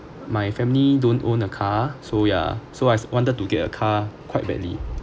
my family don't own a car so yeah so I wanted to get a car quite badly